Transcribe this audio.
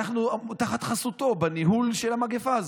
ואנחנו תחת חסותו בניהול המגפה הזאת,